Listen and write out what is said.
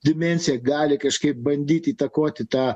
dimensija gali kažkaip bandyt įtakoti tą